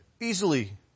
Easily